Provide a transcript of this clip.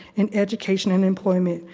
in education and employment.